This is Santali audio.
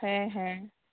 ᱦᱮᱸ ᱦᱮᱸ